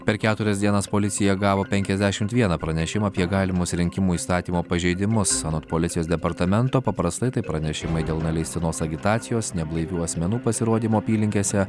per keturias dienas policija gavo penkiasdešimt vieną pranešimą apie galimus rinkimų įstatymo pažeidimus anot policijos departamento paprastai tai pranešimai dėl neleistinos agitacijos neblaivių asmenų pasirodymo apylinkėse